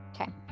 Okay